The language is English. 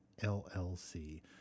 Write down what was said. LLC